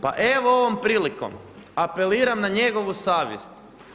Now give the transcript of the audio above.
Pa evo ovom prilikom apeliram na njegovu savjest.